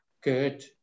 Good